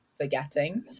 forgetting